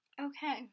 Okay